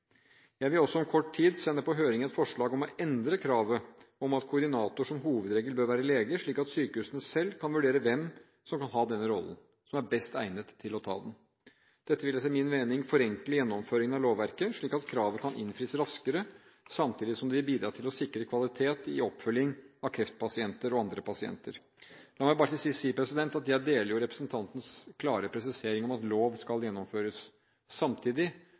Jeg vil også om kort tid sende på høring et forslag om å endre kravet om at koordinator som hovedregel bør være lege, slik at sykehusene selv kan vurdere hvem som kan ha denne rollen – som er best egnet til å ta den. Dette vil etter min mening forenkle gjennomføringen av lovkravet, slik at kravet kan innfris raskere, samtidig som det vil bidra til å sikre god kvalitet i oppfølging av kreftpasienter og andre pasienter. La meg bare til sist si at jeg deler representantens klare presisering av at lov skal gjennomføres. Samtidig